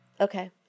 Okay